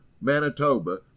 Manitoba